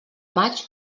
maig